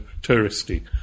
touristy